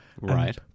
right